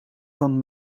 van